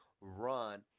run